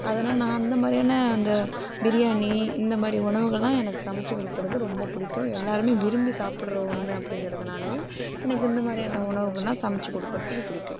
அதனால் நான் அந்த மாதிரியான அந்த பிரியாணி இந்த மாதிரி உணவுகள்லாம் எனக்கு சமைத்து கொடுக்கறது ரொம்ப பிடிக்கும் எல்லாருமே விரும்பி சாப்பிட்ற ஒன்று அப்படிங்குறதுனாலேயும் எனக்கு இந்த மாதிரியான உணவுகள்லாம் சமைத்து கொடுக்குறதுக்கு பிடிக்கும்